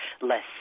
less